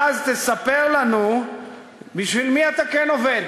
אז תספר לנו בשביל מי אתה כן עובד.